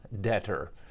debtor